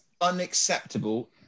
unacceptable